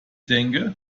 denke